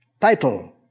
title